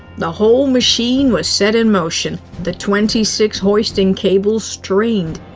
the whole machine was set in motion. the twenty six hoisting cables strained.